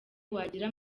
wagira